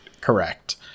correct